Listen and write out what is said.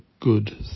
good